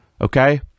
okay